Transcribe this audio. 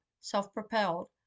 self-propelled